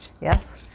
Yes